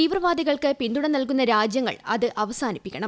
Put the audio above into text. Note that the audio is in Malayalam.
തീവ്രവാദികൾക്ക് പിന്തുണ നൽകുന്ന രാജ്യങ്ങൾ അത് അവസാനിപ്പിക്കണം